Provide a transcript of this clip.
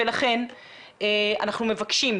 לכן אנחנו מבקשים,